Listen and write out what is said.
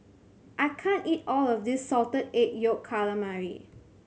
I can't eat all of this Salted Egg Yolk Calamari